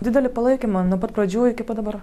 didelį palaikymą nuo pat pradžių iki pat dabar